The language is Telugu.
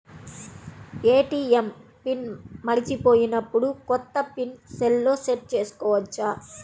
ఏ.టీ.ఎం పిన్ మరచిపోయినప్పుడు, కొత్త పిన్ సెల్లో సెట్ చేసుకోవచ్చా?